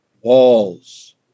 walls